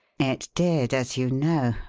it did, as you know,